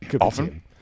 Often